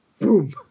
Boom